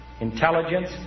intelligence